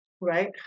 right